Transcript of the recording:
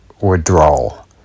withdrawal